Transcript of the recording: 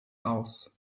aus